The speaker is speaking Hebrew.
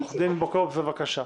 עורך דין בוקובזה, בבקשה.